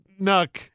Nuck